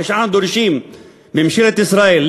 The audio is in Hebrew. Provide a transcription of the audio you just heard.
כשאנחנו דורשים מממשלת ישראל,